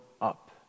up